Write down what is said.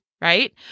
right